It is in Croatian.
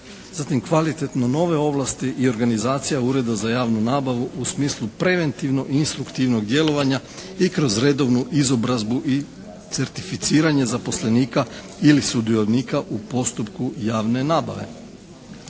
zatim kvalitetno nove ovlasti i organizacija ureda za javnu nabavu u smislu preventivnog i instruktivnog djelovanja i kroz redovnu izobrazbu i certificiranje zaposlenika ili sudionika u postupku javne nabave.